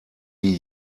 die